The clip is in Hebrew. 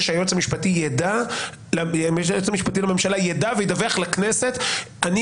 שהיועץ המשפטי לממשלה יידע וידווח לכנסת: "אני